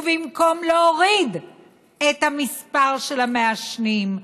ובמקום להוריד את המספר של המעשנים,